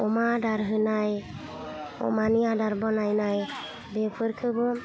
अमा आदार होनाय अमानि आदार बनायनाय बेफोरखोबो